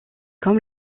comme